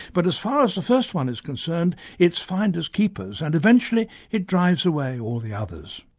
but as far as the first one is concerned it's finders keepers and eventually it drives away all the others.